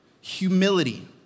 humility